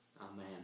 Amen